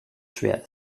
schwer